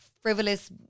frivolous